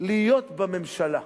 להיות בממשלה.